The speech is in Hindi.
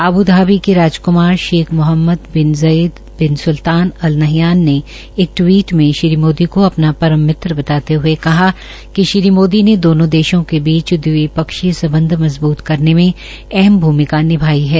आब् धाबी के राजक्मार Sheikh Mohammed bin Zayed bin Sultan Al Nahyan ने एक टवीट में श्री मोदी को अपना परम मित्र बताते हये कहा कि श्री मोदी ने दोनों देश के बीच द्विपक्षीय सम्बध मजबूत करने में अहम भ्रमिका निभाई है